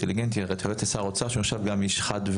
אינטליגנטי שר אוצר שהוא נחשב גם איש חד,